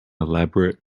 elaborate